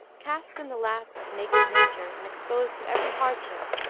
cast in the lap of naked nature, and exposed to every hardship,